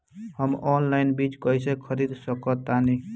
हम ऑनलाइन बीज कईसे खरीद सकतानी?